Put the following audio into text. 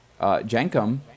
Jenkum